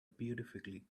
beautifully